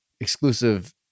exclusive